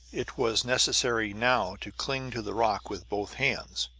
it was necessary now to cling to the rock with both hands,